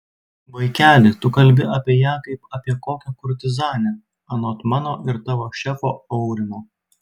vaikeli tu kalbi apie ją kaip apie kokią kurtizanę anot mano ir tavo šefo aurimo